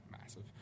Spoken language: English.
massive